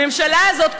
הממשלה הזאת,